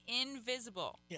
invisible